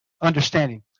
understanding